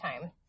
time